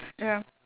ya